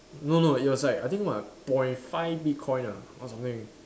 no no it was like I think like point five bitcoin ah or something